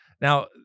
now